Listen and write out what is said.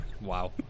Wow